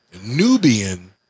Nubian